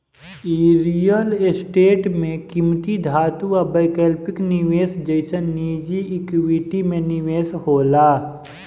इ real estate में किमती धातु आ वैकल्पिक निवेश जइसन निजी इक्विटी में निवेश होला